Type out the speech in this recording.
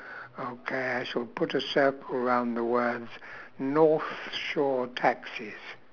okay I shalll put a circle around the words north shore taxis